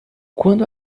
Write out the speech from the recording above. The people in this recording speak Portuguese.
quando